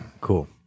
Cool